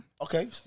Okay